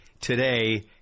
today